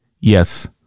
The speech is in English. Yes